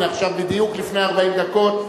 עכשיו בדיוק לפני 40 דקות,